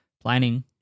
planning